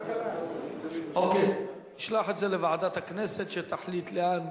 שתקבע ועדת הכנסת נתקבלה.